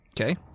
Okay